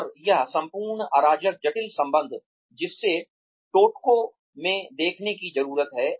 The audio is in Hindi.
और यह संपूर्ण अराजक जटिल संबंध जिसे टोटको में देखने की जरूरत है